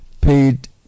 paid